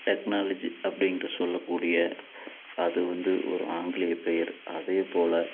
technology அப்படின்று சொல்லக்கூடிய அதுவந்து ஒரு ஆங்கிலேய பெயர் அதேப்போல